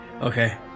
okay